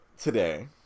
today